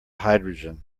hydrogen